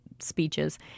speeches